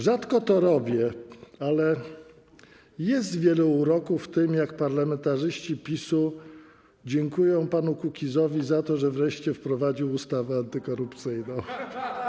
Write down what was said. Rzadko to robię, ale powiem, że jest wiele uroku w tym, jak parlamentarzyści PiS-u dziękują panu Kukizowi za to, że wreszcie wprowadził ustawę antykorupcyjną.